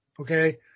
Okay